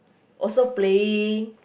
also playing